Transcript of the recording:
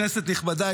כנסת נכבדה,